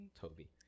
toby